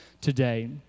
today